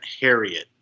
Harriet